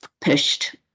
pushed